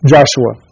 Joshua